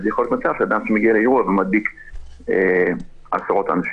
אז יכול להיות מצב שאדם מגיע לאירוע ומדביק עשרות אנשים.